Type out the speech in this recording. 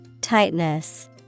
Tightness